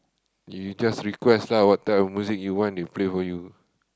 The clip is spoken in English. you just request lah what type of music you want they'll play for you